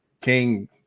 King